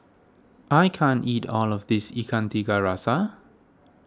I can't eat all of this Ikan Tiga Rasa